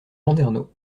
landernau